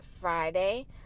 Friday